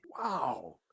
Wow